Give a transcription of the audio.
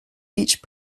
each